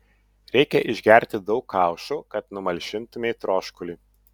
reikia išgerti daug kaušų kad numalšintumei troškulį